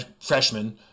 freshman